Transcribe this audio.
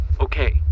Okay